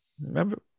Remember